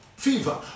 fever